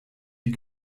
wie